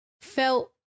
Felt